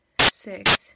six